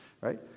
right